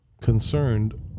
Concerned